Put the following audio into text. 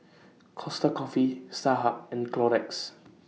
Costa Coffee Starhub and Clorox